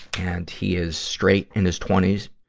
and he is straight, in his twenty s,